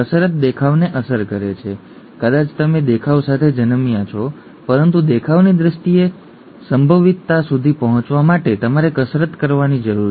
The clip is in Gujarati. કસરત દેખાવને અસર કરે છે કદાચ તમે દેખાવ સાથે જન્મ્યા છો પરંતુ દેખાવની દ્રષ્ટિએ સંભવિતતા સુધી પહોંચવા માટે તમારે કસરત કરવાની જરૂર છે